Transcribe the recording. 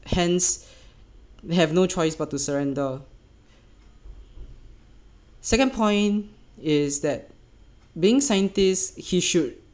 hence they have no choice but to surrender second point is that being scientists he should